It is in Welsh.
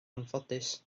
anffodus